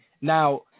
Now